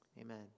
Amen